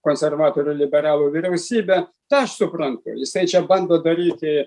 konservatorių liberalų vyriausybę tą aš suprantu jisai čia bando daryti